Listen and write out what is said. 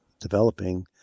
developing